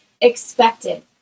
expected